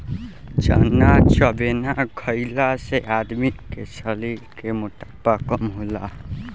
चना चबेना खईला से आदमी के शरीर के मोटापा कम होला